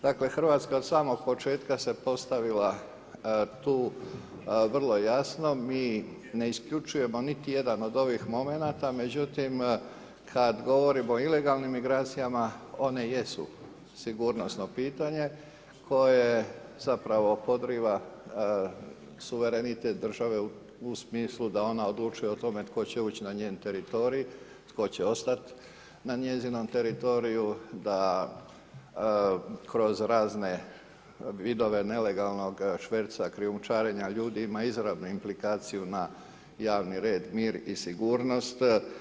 Dakle, Hrvatska od samog početka se postavila tu vrlo jasno mi ne isključujemo niti jedan od ovih momenata, međutim kad govorimo o ilegalnim migracijama one jesu sigurnosno pitanje, koje zapravo podriva suverenitet te države u smislu da ona odlučuje o tome tko će ući na njen teritorij, tko će ostati na njezinom teritoriju, da kroz razne vidove nelegalnog šverca, krijumčarenja ljudi ima izravnu implikaciju na javni red, mir i sigurnost.